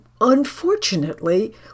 unfortunately